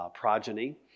progeny